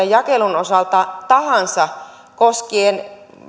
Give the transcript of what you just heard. jakelun osalta minkälaisia alueita tahansa koskien